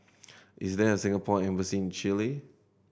is there a Singapore Embassy in Chile